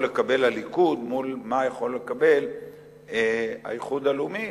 לקבל הליכוד מול מה שיכול לקבל האיחוד הלאומי,